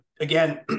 again